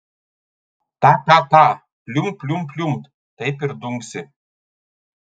ta ta ta pliumpt pliumpt pliumpt taip ir dunksi